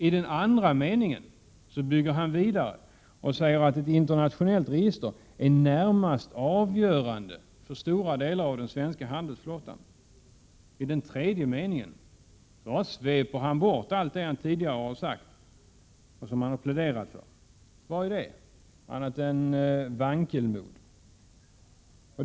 I den andra meningen bygger han vidare och säger att ett internationellt register är närmast avgörande för stora delar av den svenska handelsflottan. I den tredje meningen sveper han bara bort det som han tidigare har pläderat för. Vad är det annat än vankelmod?